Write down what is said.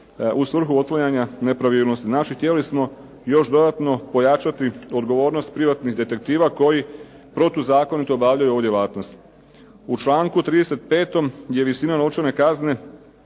u svrhu otklanjanja nepravilnosti. Znači htjeli smo još dodatno pojačati odgovornost privatnih detektiva koji protuzakonito obavljaju ovu djelatnost. U članku 35. je visina novčane kazne